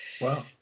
Wow